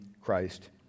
Christ